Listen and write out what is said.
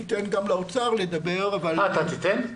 אני אתן גם לאוצר לדבר --- אתה תיתן?